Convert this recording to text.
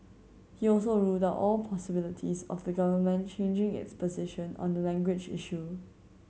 he also ruled all possibilities of the Government changing its position on the language issue